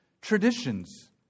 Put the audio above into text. traditions